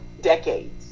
decades